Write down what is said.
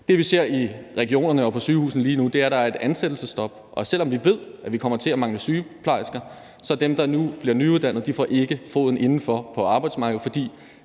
Det, vi ser i regionerne og på sygehusene lige nu, er, at der er et ansættelsesstop, og selv om vi ved, at vi kommer til at mangle sygeplejersker, får dem, der nu bliver nyuddannet, ikke foden indenfor på arbejdsmarkedet, fordi